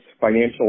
financial